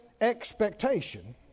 expectation